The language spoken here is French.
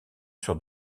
sur